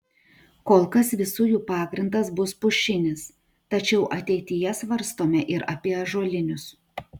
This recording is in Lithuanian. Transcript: kol kas visų jų pagrindas bus pušinis tačiau ateityje svarstome ir apie ąžuolinius